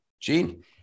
Gene